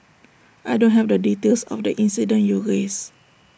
I don't have the details of the incident you raised